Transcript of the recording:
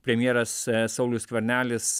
premjeras saulius skvernelis